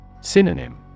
Synonym